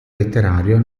letterario